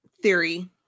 theory